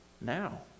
now